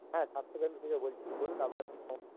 হ্যাঁ ছাত্রদল থেকে বলুন আপনার কী সমস্যা